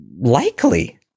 likely